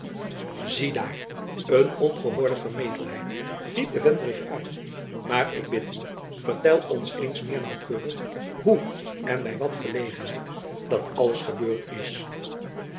zie daar een ongehoorde vermetelheid riep de vendrig uit maar ik bid u vertel ons eens meer naauwkeurig hoe en by wat gelegenheid dat alles gebeurd is